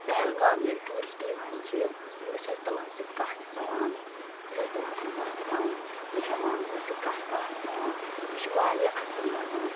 پہلگام ییٚلہِ ٹیٛوٗرِسٹہٕ یِوان چھِ بہٕ چھَس تِمَن سۭتۍ کَتھ کران بہٕ چھَس تِمَن سۭتۍ وۅتھان بیٚہوان تِمَن سۭتۍ کَتھ باتھ کران مےٚ چھِ واریاہ اَصٕل لَگان